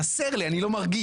חסר לי, אני לא מרגיש.